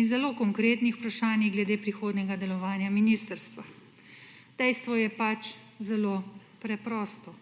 in zelo konkretnih vprašanjih glede prihodnjega delovanja ministrstva. Dejstvo je zelo preprosto.